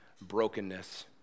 brokenness